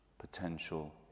potential